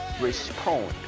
respond